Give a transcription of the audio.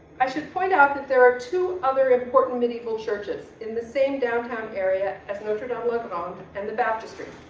i should point out that there are two other important medieval churches in the same downtown area as notre-dame lebanon and the baptistery.